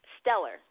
stellar